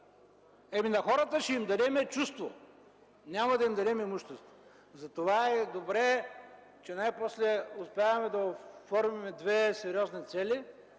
Ами, на хората ще им дадем чувство, няма да им дадем имущество, за това е добре, че най-после успяваме да оформим две сериозни цели